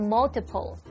Multiple